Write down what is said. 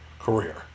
career